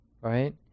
right